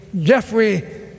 Jeffrey